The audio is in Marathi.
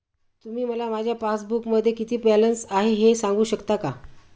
तुम्ही मला माझ्या पासबूकमध्ये किती बॅलन्स आहे हे सांगू शकता का?